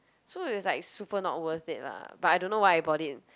so it was like super not worth it lah but I don't know why I bought it